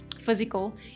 physical